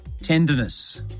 Tenderness